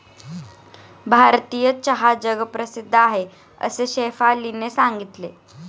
भारतीय चहा जगप्रसिद्ध आहे असे शेफालीने सांगितले